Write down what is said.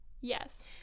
Yes